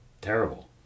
terrible